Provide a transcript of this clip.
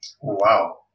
Wow